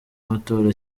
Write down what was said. amatora